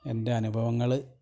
എന്റെ അനുഭവങ്ങൾ